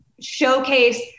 showcase